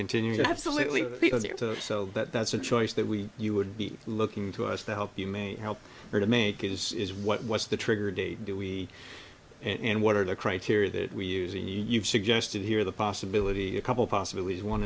continued absolutely so that that's a choice that we you would be looking to us to help you may help her to make it is what was the trigger day do we and what are the criteria that we use and you've suggested here the possibility a couple possibilities one